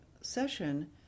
session